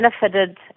benefited